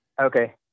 Okay